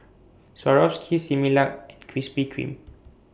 Swarovski Similac and Krispy Kreme